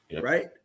Right